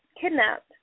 kidnapped